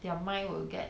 their mind will get